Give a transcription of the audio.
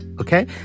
okay